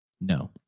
No